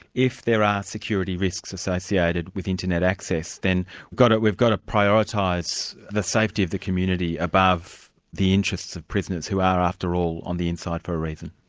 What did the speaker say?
if there are security risks associated with internet access, then we've got to prioritise the safety of the community above the interests of prisoners, who are, after all, on the inside for a reason.